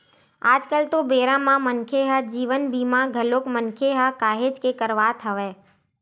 आज कल तो बेरा म मनखे ह जीवन बीमा घलोक मनखे ह काहेच के करवात हवय